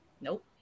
Nope